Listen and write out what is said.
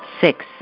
Six